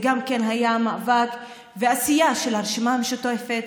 גם זה היה מאבק ועשייה של הרשימה המשותפת,